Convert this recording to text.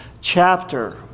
chapter